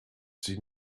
sie